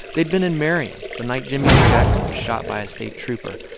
they'd been in marion the night jimmie lee jackson was shot by a state trooper.